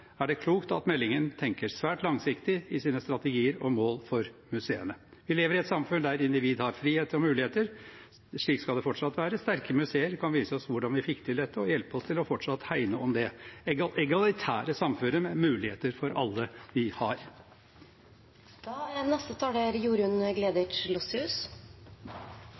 er det klokt at meldingen tenker svært langsiktig i sine strategier og mål for museene. Vi lever i et samfunn der individet har frihet og muligheter. Slik skal det fortsatt være. Sterke museer kan vise oss hvordan vi fikk til dette, og hjelpe oss til fortsatt å hegne om det egalitære samfunnet vi har, med muligheter for alle. Museer er